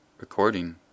Recording